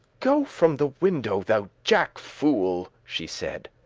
go from the window, thou jack fool, she said